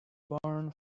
barn